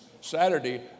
Saturday